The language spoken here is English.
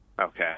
Okay